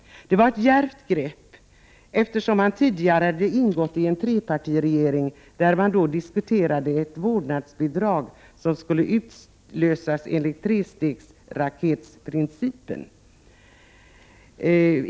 Det var ett djärvt grepp, eftersom han tidigare hade ingått i en trepartiregering där man diskuterade ett vårdnadsbidrag som skulle utlösas enligt trestegsraketprincipen.